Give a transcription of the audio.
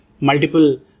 multiple